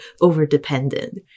over-dependent